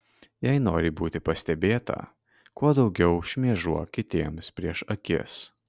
jei nori būti pastebėta kuo daugiau šmėžuok kitiems prieš akis